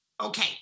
okay